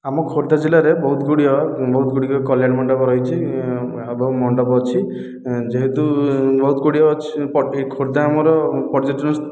ଆମ ଖୋର୍ଦ୍ଧା ଜିଲ୍ଲାରେ ବହୁତ ଗୁଡ଼ିଏ ବହୁତ ଗୁଡ଼ିକ କଲ୍ୟାଣ ମଣ୍ଡପ ରହିଛି ମଣ୍ଡପ ଅଛି ଯେହେତୁ ବହୁତ ଗୁଡ଼ିଏ ଖୋର୍ଦ୍ଧା ଆମର ପର୍ଯ୍ୟଟନ